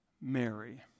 Mary